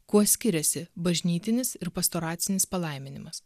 kuo skiriasi bažnytinis ir pastoracinis palaiminimas